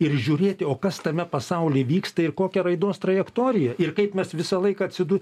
ir žiūrėti o kas tame pasauly vyksta ir kokia raidos trajektorija ir kaip mes visą laiką atsidu